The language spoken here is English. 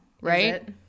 right